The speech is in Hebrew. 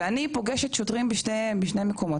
ואני פוגשת שוטרים בשני מקומות.